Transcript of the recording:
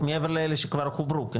מעבר לאלה שכבר חוברו, כן?